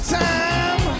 time